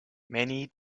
many